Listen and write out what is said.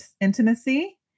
intimacy